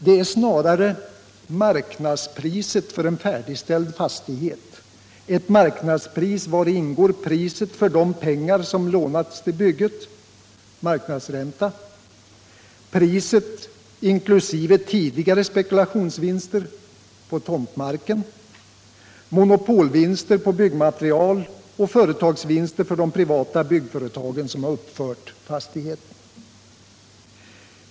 De är snarare marknadspriset för en färdigställd fastighet, ett marknadspris vari ingår priset för de pengar som lånats till bygget, marknadsränta, och priset — inkl. tidigare spekulationsvinster — på tomtmarken, monopolvinster på byggmaterialet och företagsvinster för de privata byggföretag som har uppfört fastigheten.